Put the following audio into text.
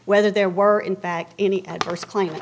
whether there were in fact any adverse claima